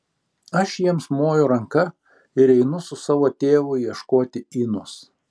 aš jiems moju ranka ir einu su savo tėvu ieškoti inos